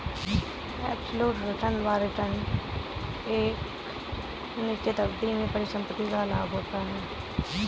absolute return वह return है जो एक निश्चित अवधि में परिसंपत्ति का लाभ होता है